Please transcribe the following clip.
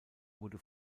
wurde